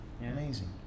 amazing